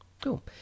cool